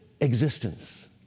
existence